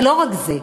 אבל לא רק זה.